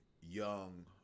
young